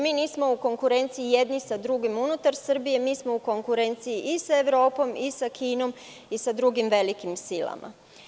Mi nismo u konkurenciji jedni sa drugim unutar Srbije, mi smo u konkurenciji i sa Evropom i Kinom i sa drugim velikim silama.